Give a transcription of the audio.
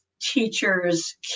teachers